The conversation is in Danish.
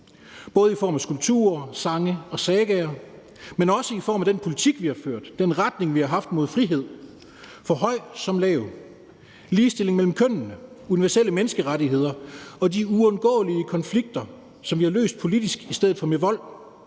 både i form af skulpturer, sange og sagaer, men også i form af den politik, vi har ført, den retning, vi har haft, mod frihed for høj som for lav, ligestilling mellem kønnene, universelle menneskerettigheder og de uundgåelige konflikter, som vi har løst politisk i stedet for med vold.